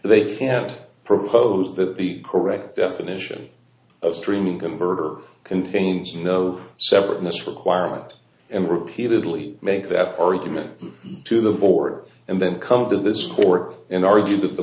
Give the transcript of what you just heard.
they can't propose that the correct definition of streaming converter contains no separateness requirement and repeatedly make that argument to the board and then come to this cork and argue that the